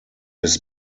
his